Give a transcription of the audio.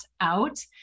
out